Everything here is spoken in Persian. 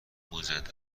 مجدد